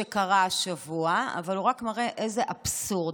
שקרה השבוע, אבל הוא רק מראה איזה אבסורד.